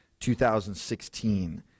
2016